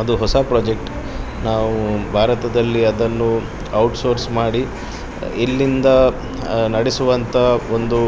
ಅದು ಹೊಸ ಪ್ರೊಜೆಕ್ಟ್ ನಾವು ಭಾರತದಲ್ಲಿ ಅದನ್ನು ಔಟ್ಸೋರ್ಸ್ ಮಾಡಿ ಇಲ್ಲಿಂದ ನಡೆಸುವಂಥ ಒಂದು